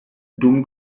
dum